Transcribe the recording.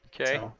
okay